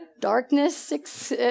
darkness